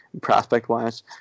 prospect-wise